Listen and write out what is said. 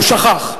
הוא שכח.